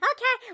Okay